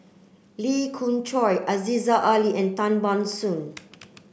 Lee Khoon Choy Aziza Ali and Tan Ban Soon